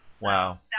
Wow